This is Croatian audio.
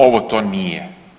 Ovo to nije.